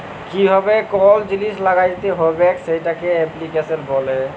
কিভাবে কল জিলিস ল্যাগ্যাইতে হবেক সেটকে এপ্লিক্যাশল ব্যলে